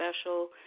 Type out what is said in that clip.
special